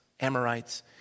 Amorites